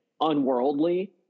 unworldly